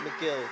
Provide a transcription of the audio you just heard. McGill